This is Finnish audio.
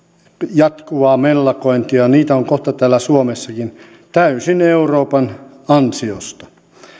jatkuvaa mellakointia niitä on kohta täällä suomessakin täysin euroopan ansiosta